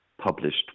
published